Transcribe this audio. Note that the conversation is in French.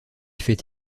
fait